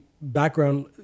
background